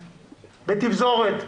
בתפזורת.